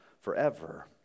forever